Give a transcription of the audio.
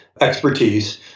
expertise